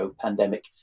pandemic